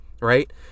right